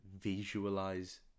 visualize